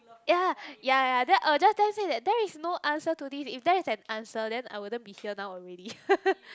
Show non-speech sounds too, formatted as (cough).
ya ya ya then I will just tell him say that there is no answer to this if there is an answer then I wouldn't be here now already (laughs)